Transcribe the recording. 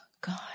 God